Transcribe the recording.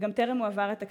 וגם טרם הועבר התקציב.